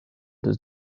does